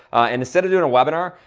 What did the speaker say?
and instead of in a webinar,